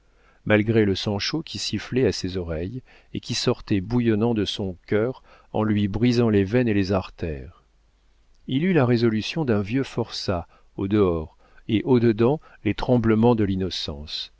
malgré le sang chaud qui sifflait à ses oreilles et qui sortait bouillonnant de son cœur en lui brisant les veines et les artères il eut la résolution d'un vieux forçat au dehors et au dedans les tremblements de l'innocence